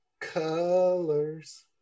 Colors